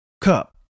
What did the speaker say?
cup